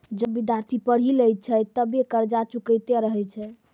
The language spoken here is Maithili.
जबे विद्यार्थी पढ़ी लै छै तबे कर्जा चुकैतें रहै छै